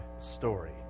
story